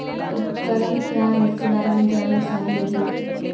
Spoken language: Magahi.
उपकरण क्या है इसके बारे मे जानल चाहेली?